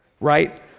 right